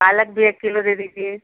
पालक भी एक किलो दे दीजिए